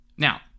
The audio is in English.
Now